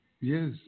Yes